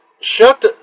shut